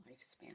lifespan